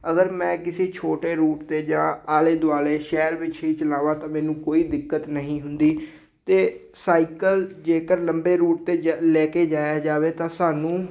ਅਗਰ ਮੈਂ ਕਿਸੇ ਛੋਟੇ ਰੂਟ 'ਤੇ ਜਾਂ ਆਲੇ ਦੁਆਲੇ ਸ਼ਹਿਰ ਵਿੱਚ ਹੀ ਚਲਾਵਾਂ ਤਾਂ ਮੈਨੂੰ ਕੋਈ ਦਿੱਕਤ ਨਹੀਂ ਹੁੰਦੀ ਅਤੇ ਸਾਈਕਲ ਜੇਕਰ ਲੰਬੇ ਰੂਟ 'ਤੇ ਲੈ ਕੇ ਜਾਇਆ ਜਾਵੇ ਤਾਂ ਸਾਨੂੰ